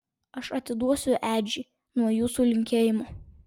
aš atiduosiu edžiui nuo jūsų linkėjimų